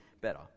better